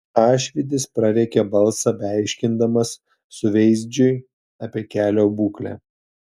ašvydis prarėkė balsą beaiškindamas suveizdžiui apie kelio būklę